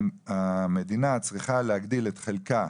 המדינה צריכה להגדיל את חלקה